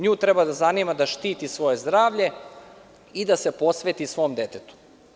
Nju treba da zanima da štiti svoje zdravlje i da se posveti svom detetu.